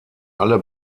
alle